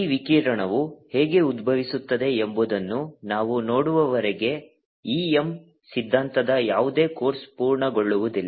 ಈ ವಿಕಿರಣವು ಹೇಗೆ ಉದ್ಭವಿಸುತ್ತದೆ ಎಂಬುದನ್ನು ನಾವು ನೋಡುವವರೆಗೆ e m ಸಿದ್ಧಾಂತದ ಯಾವುದೇ ಕೋರ್ಸ್ ಪೂರ್ಣಗೊಳ್ಳುವುದಿಲ್ಲ